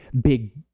big